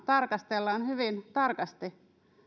tarkastellaan hyvin tarkasti